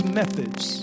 methods